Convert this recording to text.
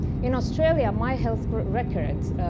in australia, my health records,